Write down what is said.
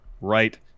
right